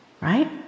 right